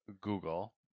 Google